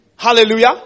Hallelujah